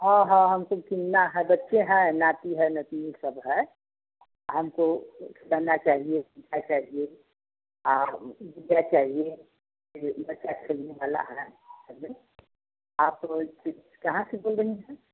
हाँ हाँ हमको सुनना है बच्चे हैं नाती है नतिनी सब है हमको एक पहनना चाहिए तीखा चाहिए आप चाहिए आप रोज़ कहाँ से बोल रही हैं